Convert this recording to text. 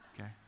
Okay